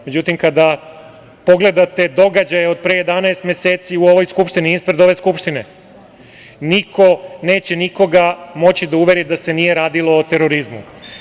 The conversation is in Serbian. Međutim, kada pogledate događaje od pre 11 meseci ispred ove Skupštine, niko neće nikoga moći da uveri da se nije radilo o terorizmu.